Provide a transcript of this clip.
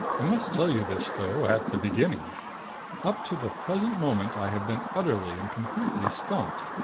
i must tell you this, though, at the beginning up to the present moment, i have been utterly and completely stumped.